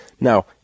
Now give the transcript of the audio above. Now